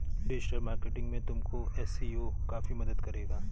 digital marketing में तुमको SEO काफी मदद करेगा